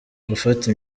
gufata